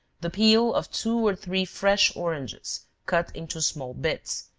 the peel of two or three fresh oranges, cut into small bits,